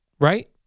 right